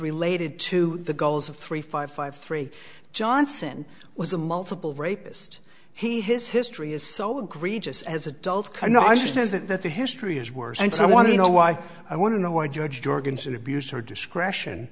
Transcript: related to the goals of three five five three johnson was a multiple rapist he his history is so egregious as adults cannot understand that the history is worse and so i want to know why i want to know why judge jorgensen abused her discretion